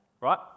Right